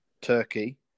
Turkey